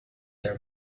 their